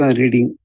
reading